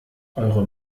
eure